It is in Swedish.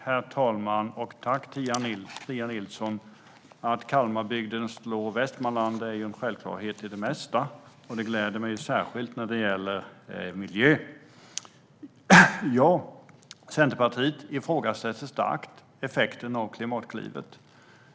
Herr talman! Tack, Pia Nilsson! Att Kalmarbygden slår Västmanland är en självklarhet i det mesta, och det gläder mig särskilt när det gäller miljö. Ja, Centerpartiet ifrågasätter starkt effekten av Klimatklivet.